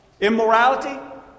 Immorality